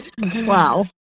Wow